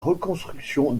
reconstruction